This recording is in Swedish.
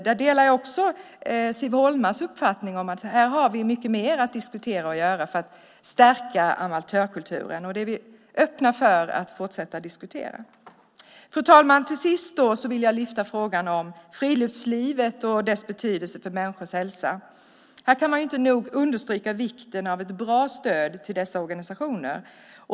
Där delar jag Siv Holmas uppfattning om att vi här har mycket mer att diskutera och göra för att stärka amatörkulturen, och vi är öppna för att fortsätta diskutera detta. Fru talman! Till sist vill jag lyfta fram frågan om friluftslivet och dess betydelse för människors hälsa. Här kan man inte nog understryka vikten av ett bra stöd till dessa organisationer.